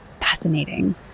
Fascinating